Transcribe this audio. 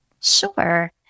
Sure